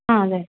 ആ അതെ